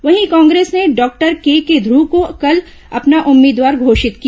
वहीं कांग्रेस ने doctor K K ध्व को कल अपना उम्मीदवार घोषित किया